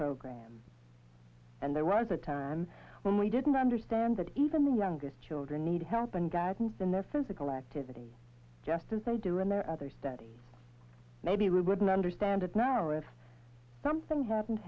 program and there was a time when we didn't understand that even the youngest children need help and guidance in their physical activity just as they do in their other study maybe we wouldn't understand it now or if something happened